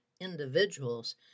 individuals